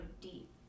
deep